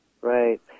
Right